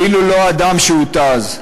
אפילו לא הדם שהותז,